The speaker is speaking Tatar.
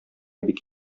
бик